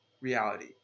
reality